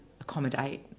accommodate